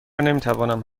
نمیتوانم